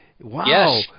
Wow